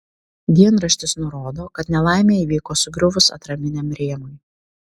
dienraštis nurodo kad nelaimė įvyko sugriuvus atraminiam rėmui